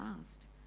asked